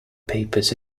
papers